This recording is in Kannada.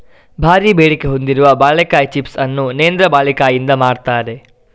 ಭಾರೀ ಬೇಡಿಕೆ ಹೊಂದಿರುವ ಬಾಳೆಕಾಯಿ ಚಿಪ್ಸ್ ಅನ್ನು ನೇಂದ್ರ ಬಾಳೆಕಾಯಿಯಿಂದ ಮಾಡ್ತಾರೆ